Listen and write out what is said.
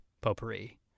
potpourri